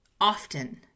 Often